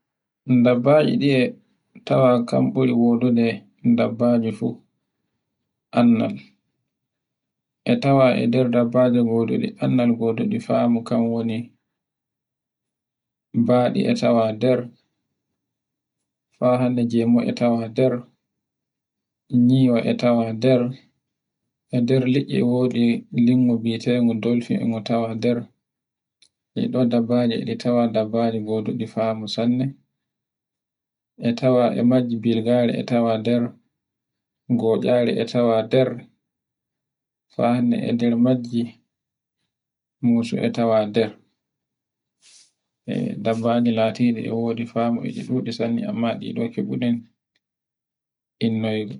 dabbaji ɗi e tawa kan buri wodude dabbaji fu. Anndan e tawa e nder dabbaji goduɗe, annal goduɗe famu kan woni mbaɗi a tawa nder fa hande gemu e tawa nder, nyiwa e tawa nder, e nder liɗɗi e wodi lingu bi'etengu dolphin e ngotawa nder ɗinɗon dabbaje ɗi tawa dabbaji ngoduɗi fa mo sanne. e tawa e majji bilgare e ytawa nder, ngoccare e tawa nder, bo hande e nde majji moshu e tawa nder. dabbaji latiɗi e famu e ɗu ɗuɗi sanne amma ɗi ɗo keɓuɗen innoygo.